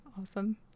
Awesome